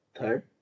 third